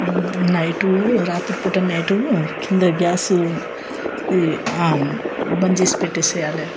night రాత్రిపూట night కింద gas బంద్ చేసి పెట్టేసియాలి